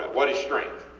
what is strength?